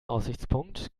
aussichtspunkt